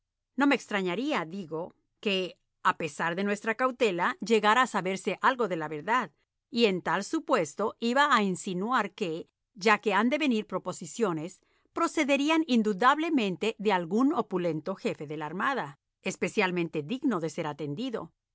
no me extrañaría digo que a pesar de nuestra cautela llegara a saberse algo de la verdad y en tal supuesto iba a insinuar que ya que han de venir proposiciones procederían indudablemente de algún opulento jefe de la armada especialmente digno de ser atendido